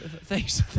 Thanks